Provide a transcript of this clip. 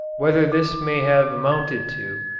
whatever this may have amounted to,